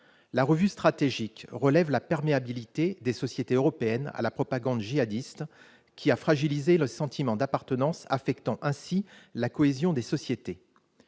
La revue stratégique relève la perméabilité des sociétés européennes à la propagande djihadiste, laquelle « a fragilisé les sentiments d'appartenance, affectant ainsi la cohésion des sociétés